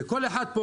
וכל אחד פה,